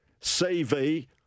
CV